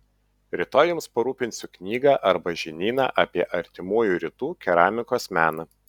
rytoj jums parūpinsiu knygą arba žinyną apie artimųjų rytų keramikos meną